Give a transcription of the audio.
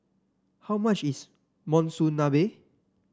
how much is Monsunabe